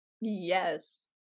Yes